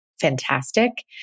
fantastic